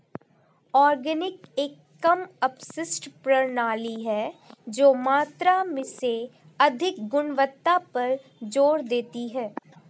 organic एक कम अपशिष्ट प्रणाली है जो मात्रा से अधिक गुणवत्ता पर जोर देती है